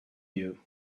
you